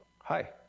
hi